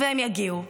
והן יגיעו,